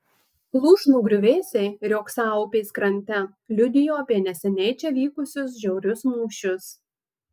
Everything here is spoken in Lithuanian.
lūšnų griuvėsiai riogsą upės krante liudijo apie neseniai čia vykusius žiaurius mūšius